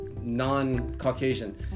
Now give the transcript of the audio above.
non-Caucasian